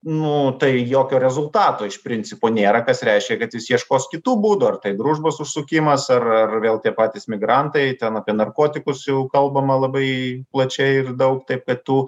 nu tai jokio rezultato iš principo nėra kas reiškia kad jis ieškos kitų būdų ar tai družbos užsukimas ar ar vėl tie patys migrantai ten apie narkotikus jau kalbama labai plačiai ir daug taip kad tų